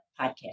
podcast